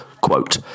Quote